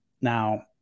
Now